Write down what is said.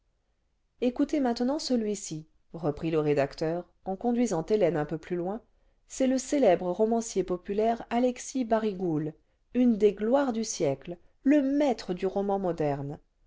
écoutez maintenant celui-ci reprit le rédacteur en conduisant le vingtième siècle hélène un peu plus loin c'est le célèbre romancier populaire alexis barigoul une des gloires du siècle le maître du roman moderne